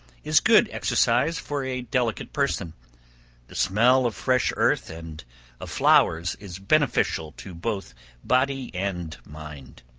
is good exercise for a delicate person the smell of fresh earth, and of flowers, is beneficial to both body and mind.